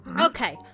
okay